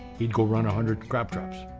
he'd go run a hundred crab traps.